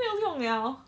没有用 liao